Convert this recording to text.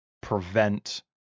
prevent